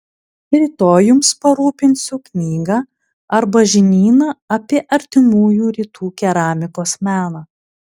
rytoj jums parūpinsiu knygą arba žinyną apie artimųjų rytų keramikos meną